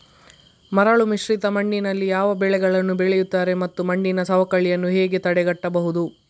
ಮರಳುಮಿಶ್ರಿತ ಮಣ್ಣಿನಲ್ಲಿ ಯಾವ ಬೆಳೆಗಳನ್ನು ಬೆಳೆಯುತ್ತಾರೆ ಮತ್ತು ಮಣ್ಣಿನ ಸವಕಳಿಯನ್ನು ಹೇಗೆ ತಡೆಗಟ್ಟಬಹುದು?